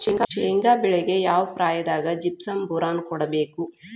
ಶೇಂಗಾ ಬೆಳೆಗೆ ಯಾವ ಪ್ರಾಯದಾಗ ಜಿಪ್ಸಂ ಬೋರಾನ್ ಕೊಡಬೇಕು?